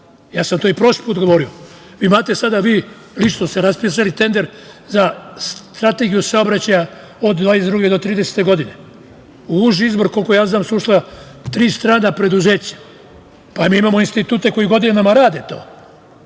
Ja sam to i prošli put govorio. Imate sada vi i što ste raspisali tender za Strategiju saobraćaja od 2022. do 2030. godine. U uži izbor, koliko ja znam, su ušla tri strana preduzeća. Pa, mi imamo institute koji godinama rade to.